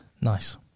Nice